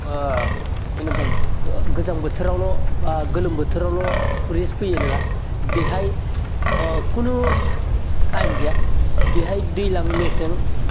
जेनिबा गोजां बोथोरावल' बा गोलोम बोथोरावल' टुरिस फैयो नोङा बेहाय खुनु टाइम गैया बेहाय दैलां मेसें